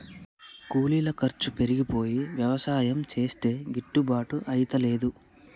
కూలీల ఖర్చు పెరిగిపోయి యవసాయం చేస్తే గిట్టుబాటు అయితలేదు